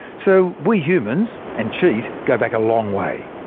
so we humans and cheese go back a long way.